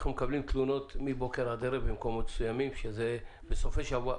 אנחנו מקבלים תלונות מבוקר עד ערב במקומות מסוימים שזה בסופי שבוע.